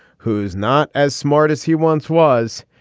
who's not as smart as he once was,